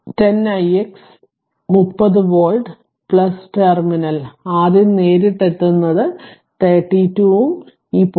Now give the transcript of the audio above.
അതിനാൽ 10 ix മുപ്പത് volt terminal ആദ്യം നേരിട്ട് എത്തുന്നത് 32 ഉം ഈ 0